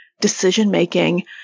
decision-making